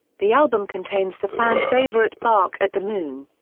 the album contains the fan favourite bark at the moon.